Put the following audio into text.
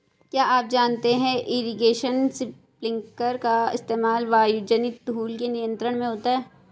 क्या आप जानते है इरीगेशन स्पिंकलर का इस्तेमाल वायुजनित धूल के नियंत्रण में होता है?